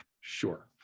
sure